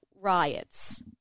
riots